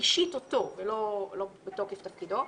אישית אותו, לא מתוקף תפקידו.